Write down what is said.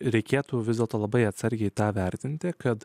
reikėtų vis dėlto labai atsargiai tą vertinti kad